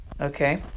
Okay